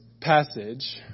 passage